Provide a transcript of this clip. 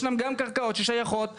ישנן גם קרקעות ששייכות היום,